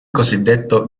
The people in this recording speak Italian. cosiddetto